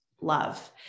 love